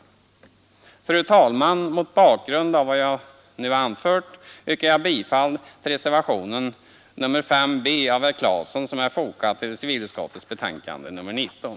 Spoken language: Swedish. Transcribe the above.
Herr talman! Mot bakgrund av det jag nu anfört yrkar jag i fråga om civilutskottets betänkande nr 19 bifall till reservationen 5 b av herr Claeson.